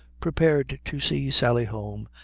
prepared to see sally home,